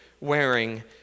wearing